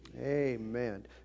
Amen